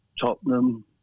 Tottenham